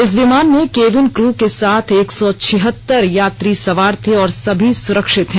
इस विमान में केबिन क्रू के साथ एक सौ छिहत्तर यात्री सवार थे और सभी सुरक्षित है